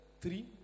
three